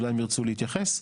אולי הם ירצו להתייחס.